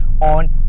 on